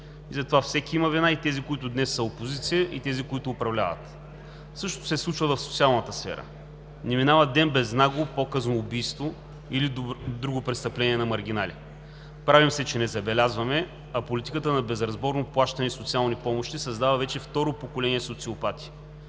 Затова всеки има вина – и тези, които днес са опозиция, и тези, които управляват. Същото се случва в социалната сфера. Не минава ден без нагло показно убийство или друго престъпление на маргинали. Правим се, че не забелязваме, а политиката на безразборно плащане и социални помощи създава вече второ поколение социопати